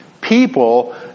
people